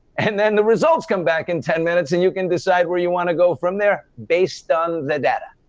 and then, the results come back in ten minutes and you can decide where you wanna go from there based on the data.